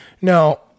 Now